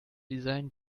designen